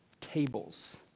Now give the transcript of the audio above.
tables